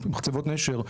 מחצבות נשר,